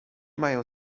mają